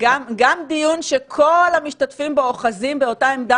גם דיון שכל המשתתפים בו אוחזים באותה עמדה